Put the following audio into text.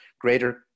greater